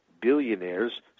billionaires